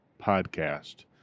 podcast